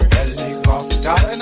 Helicopter